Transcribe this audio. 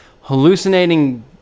hallucinating